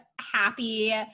happy